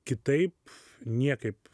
kitaip niekaip